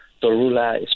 Torula